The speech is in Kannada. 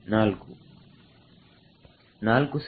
4 ಸರಿ